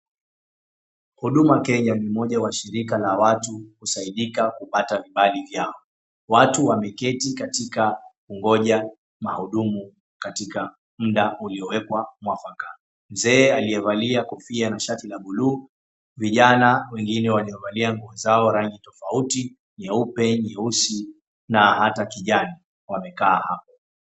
Huduma Kenya ni moja wa shirika la watu kusaidika kupata vibali vyao. Watu wameketi katika kungoja mahudumu katika muda uliowekwa mwafaka. Mzee aliyevalia kofia na shati la buluu, vijana wengine waliovalia nguo zao rangi tofauti, nyeupe, nyeusi na hata kijani wamekaa hapo.